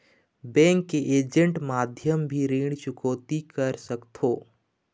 Bank के agent माध्यम भी ऋण चुकौती कर सकथों?